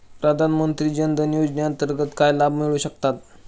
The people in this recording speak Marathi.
प्रधानमंत्री जनधन योजनेअंतर्गत काय लाभ मिळू शकतात?